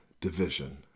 division